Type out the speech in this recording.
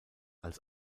als